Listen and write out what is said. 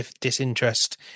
disinterest